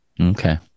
Okay